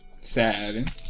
Sad